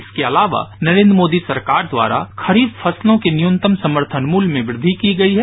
इसके अलावा नरेंद्र मोदी सरकार द्वारा खरीफ फसलों के न्यूनतम समर्थन मूल्य में वृद्वि की गई है